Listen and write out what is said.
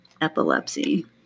epilepsy